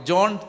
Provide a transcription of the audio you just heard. John